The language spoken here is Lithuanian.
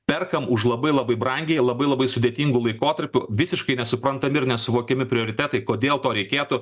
perkam už labai labai brangiai labai labai sudėtingu laikotarpiu visiškai nesuprantami ir nesuvokiami prioritetai kodėl to reikėtų